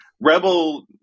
Rebel